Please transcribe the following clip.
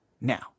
now